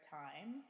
time